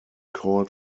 called